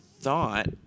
thought –